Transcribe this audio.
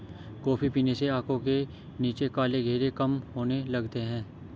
coffee पीने से आंखों के नीचे काले घेरे कम होने लगते हैं